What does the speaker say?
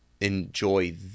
enjoy